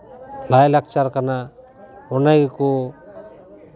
ᱞᱟᱭᱼᱞᱟᱠᱪᱟᱨ ᱠᱟᱱᱟ ᱚᱱᱟ ᱜᱮᱠᱚ